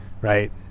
right